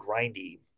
grindy